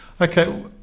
Okay